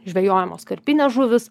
žvejojamos karpinės žuvys